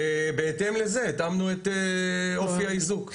בהתאם לזה התאמנו את אופי האיזוק.